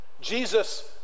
Jesus